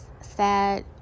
sad